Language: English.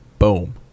Boom